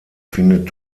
findet